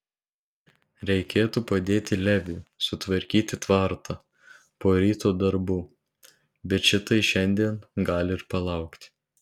reikėtų padėti leviui sutvarkyti tvartą po ryto darbų bet šitai šiandien gali ir palaukti